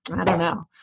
i don't know?